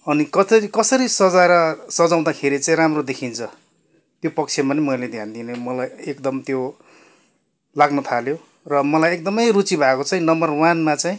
अनि कतरी कसरी सजाएर सजाउँदाखेरि चाहिँ राम्रो देखिन्छ त्यो पक्षमा पनि मैले ध्यान दिने मलाई एकदम त्यो लाग्न थाल्यो र मलाई एकदमै रुचि भएको चाहिँ नम्बर वानमा चाहिँ